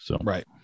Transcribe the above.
Right